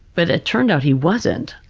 but it turned out he wasn't.